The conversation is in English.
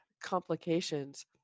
complications